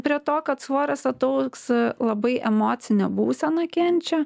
prie to kad svoris ataugs labai emocinė būsena kenčia